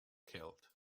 killed